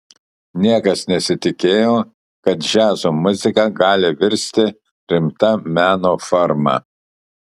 niekas nesitikėjo kad džiazo muzika gali virsti rimta meno forma